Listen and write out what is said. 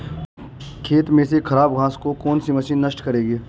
खेत में से खराब घास को कौन सी मशीन नष्ट करेगी?